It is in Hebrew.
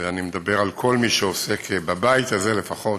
ואני מדבר על כל מי שעוסק, בבית הזה לפחות,